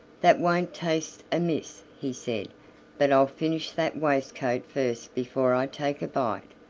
that won't taste amiss, he said but i'll finish that waistcoat first before i take a bite.